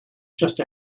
just